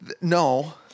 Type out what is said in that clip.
no